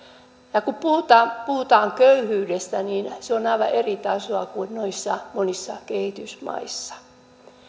tärkeätä kun puhutaan puhutaan köyhyydestä niin se on aivan eri tasoa kuin noissa monissa kehitysmaissa